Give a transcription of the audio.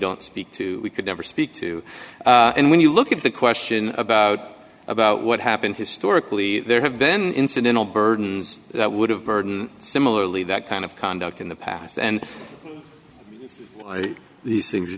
don't speak to we could never speak to and when you look at the question about about what happened historically there have ben incidental burdens that would have burden similarly that kind of conduct in the past and these things are